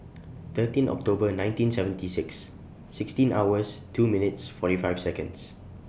thirteen October nineteen seventy six sixteen hours two minutes forty five Seconds